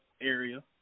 area